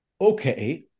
Okay